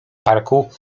parku